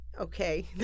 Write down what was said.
Okay